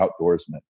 outdoorsman